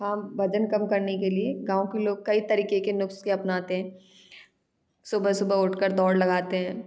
हाँ वजन कम करने के लिए गाँव के लोग कई तरीके के नुस्खे अपनाते हैं सुबह सुबह उठकर दौड़ लगाते हैं